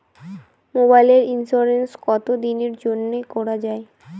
মোবাইলের ইন্সুরেন্স কতো দিনের জন্যে করা য়ায়?